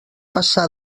passà